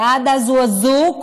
ועד אז הוא אזוק,